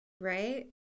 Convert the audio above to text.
Right